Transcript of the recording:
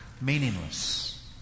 meaningless